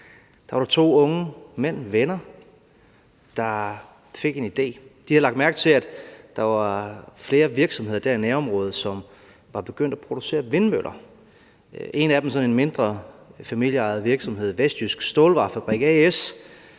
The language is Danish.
var der to unge mænd, to venner, der fik en idé. De havde lagt mærke til, at der var flere virksomheder dér i nærområdet, som var begyndt at producere vindmøller. En af dem – sådan en mindre familieejet virksomhed, Vestjydsk Stålvarefabrik A/S